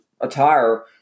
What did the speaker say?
attire